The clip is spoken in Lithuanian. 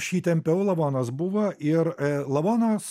aš jį tempiau lavonas buvo ir lavonas